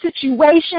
situation